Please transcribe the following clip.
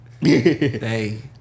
Hey